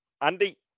Andy